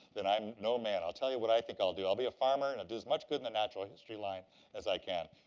then i'm no man. i'll tell you what i think i'll do. i'll be a farmer, and do as much good in the natural history line as i can.